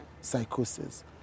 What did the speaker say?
psychosis